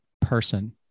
person